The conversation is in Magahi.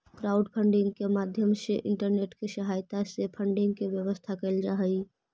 क्राउडफंडिंग के माध्यम से इंटरनेट के सहायता से फंडिंग के व्यवस्था कैल जा हई